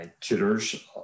tutors